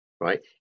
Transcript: right